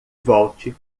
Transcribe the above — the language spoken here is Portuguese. volte